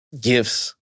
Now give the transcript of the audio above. gifts